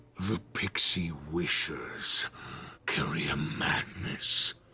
the pixie wishers carry a madness,